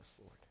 Lord